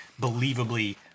believably